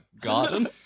garden